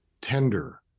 tender